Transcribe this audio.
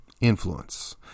influence